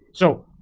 so,